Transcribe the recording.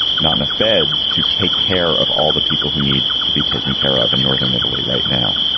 not enough beds to take care of all the people who need to be taken care of in northern italy right now.